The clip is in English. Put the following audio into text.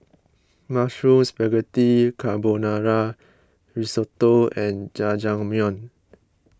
Mushroom Spaghetti Carbonara Risotto and Jajangmyeon